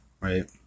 right